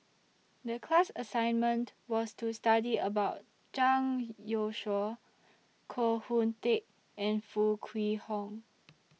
The class assignment was to study about Zhang Youshuo Koh Hoon Teck and Foo Kwee Horng